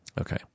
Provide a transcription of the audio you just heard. Okay